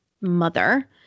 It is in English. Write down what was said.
mother